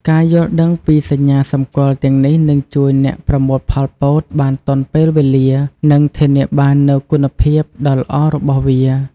ការយល់ដឹងពីសញ្ញាសម្គាល់ទាំងនេះនឹងជួយអ្នកប្រមូលផលពោតបានទាន់ពេលវេលា និងធានាបាននូវគុណភាពដ៏ល្អរបស់វា។